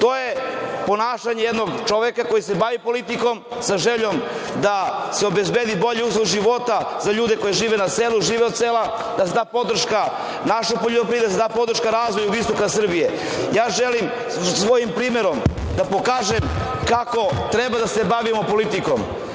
To je ponašanje jednog čoveka koji se bavi politikom, sa željom da se obezbede bolji uslovi života za ljude koji žive na selu, žive od sela, da se da podrška našoj poljoprivredi, da se da podrška razvoju jugoistoka Srbije. Želim svojim primerom da pokažem kako treba da se bavimo politikom,